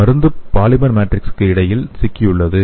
மருந்து பாலிமர் மேட்ரிக்ஸுக்கு இடையில் சிக்கியுள்ளது